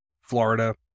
Florida